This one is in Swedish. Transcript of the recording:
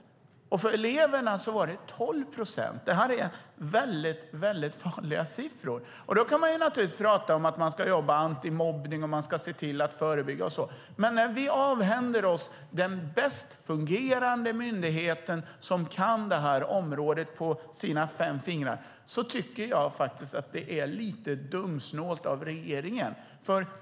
Bland eleverna var det 12 procent. Detta är mycket farliga siffror. Då kan man naturligtvis tala om att man ska bedriva ett antimobbningsarbete och se till att förebygga och så vidare. Men när vi avhänder oss den bäst fungerande myndigheten som kan detta område på sina fem fingrar tycker jag att det är lite dumsnålt av regeringen.